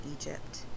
Egypt